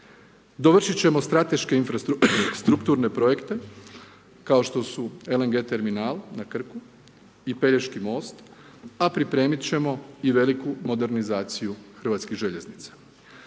Dovršiti ćemo strateške infrastrukturne provedbe, kao što su LNG terminal na Krku i Pelješki most, a pripremiti ćemo i veliku modernizaciju hrvatskih željeznica.